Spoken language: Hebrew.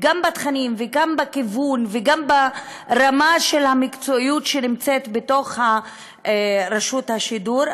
גם בתכנים וגם בכיוון וגם ברמה המקצועית ברשות השידור?